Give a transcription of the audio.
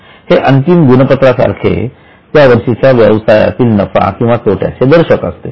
हे अंतिम गुणपत्रा सारखे त्या वर्षीच्या व्यवसायातील नफा किंवा तोट्याचे दर्शक आहे